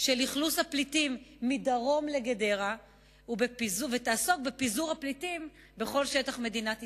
של אכלוס הפליטים מדרום לגדרה ובפיזור הפליטים בכל שטח מדינת ישראל,